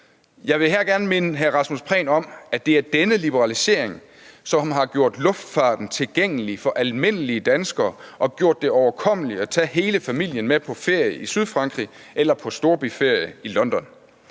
Jeg vil her gerne minde hr. Rasmus Prehn om, at det er denne liberalisering, som har gjort luftfarten tilgængelig for almindelige danskere og gjort det overkommeligt at tage hele familien med på ferie i Sydfrankrig eller på storbyferie i London.